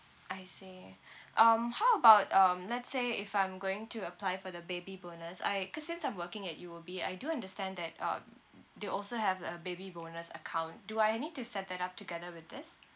I see um how about um let's say if I'm going to apply for the baby bonus I cause since I'm working at U_O_B I do understand that um they also have a baby bonus account do I need to set that up together with this